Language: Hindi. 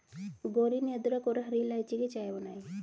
गौरी ने अदरक और हरी इलायची की चाय बनाई